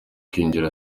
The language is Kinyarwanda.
kwinjira